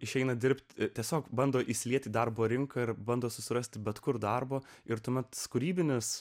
išeina dirbti tiesiog bando įsilieti į darbo rinką ir bando susirasti bet kur darbo ir tuomet kūrybinės